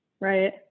right